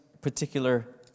particular